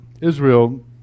Israel